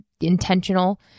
intentional